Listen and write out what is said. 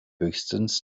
höchstens